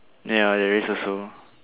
ya there is also